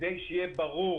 כדי שיהיה ברור